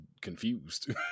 confused